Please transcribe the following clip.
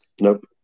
Nope